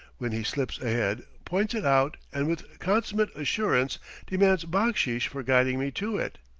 when he slips ahead, points it out, and with consummate assurance demands backsheesh for guiding me to it.